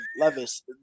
Levis